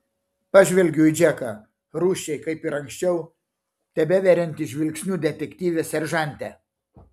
pažvelgiu į džeką rūsčiai kaip ir anksčiau tebeveriantį žvilgsniu detektyvę seržantę